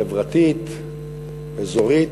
חברתית, אזורית,